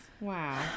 Wow